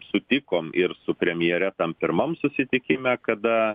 sutikom ir su premjere tam pirmam susitikime kada